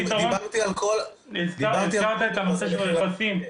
הזכרת את נושא רכסים,